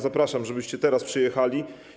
Zapraszam, żebyście teraz przyjechali.